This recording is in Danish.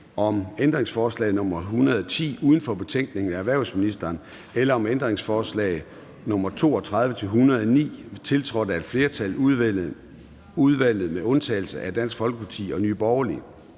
om ændringsforslag nr. 110 uden for betænkningen af erhvervsministeren (Morten Bødskov) eller om ændringsforslag nr. 32-109, tiltrådt af et flertal (udvalget med undtagelse af DF og NB)? De